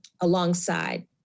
alongside